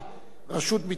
בפסקה (5),